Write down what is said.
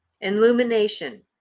illumination